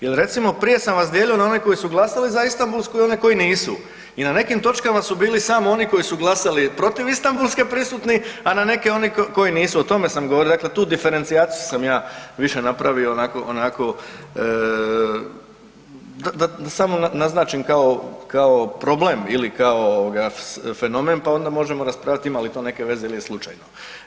Jel recimo prije sam vas dijelio na one koji su glasali za Istambulsku i one koji nisu i na nekim točkama su bili samo oni koji su glasali protiv Istambulske prisutni, a na neke koje nisu o tome sam govorio, dakle tu diferencijaciju sam ja više napravio onako da samo naznačim kao problem ili kao fenomen pa onda možemo raspravljati ima li to neke veze ili je slučajno.